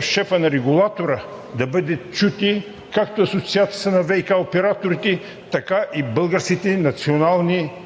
шефът на регулатора, да бъдат чути, както Асоциацията на ВиК операторите, така и българските национални синдикати.